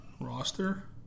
roster